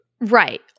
right